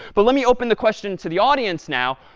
but let me open the question to the audience now.